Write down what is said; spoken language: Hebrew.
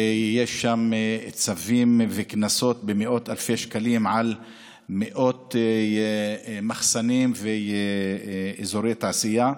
ויש שם צווים וקנסות במאות אלפי שקלים על מאות מחסנים ואזורי תעשייה.